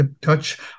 touch